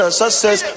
success